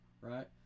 right